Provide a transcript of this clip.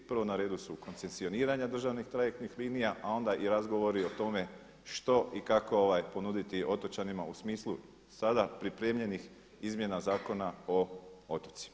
Prvo na redu su koncesioniranja državnih trajektnih linija, a onda i razgovori o tome što i kako ponuditi otočanima u smislu sada pripremljenih izmjena Zakona o otocima.